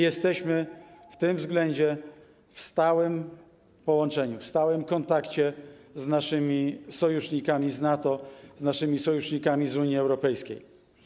Jesteśmy w tym względzie w stałym połączeniu, w stałym kontakcie z naszymi sojusznikami z NATO, z naszymi sojusznikami z Unii Europejskiej.